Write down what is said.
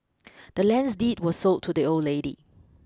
the land's deed was sold to the old lady